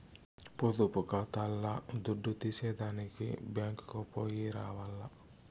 పొదుపు కాతాల్ల దుడ్డు తీసేదానికి బ్యేంకుకో పొయ్యి రావాల్ల